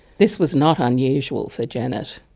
this was not unusual for janet.